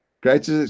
Great